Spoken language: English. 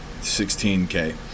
16K